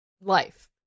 life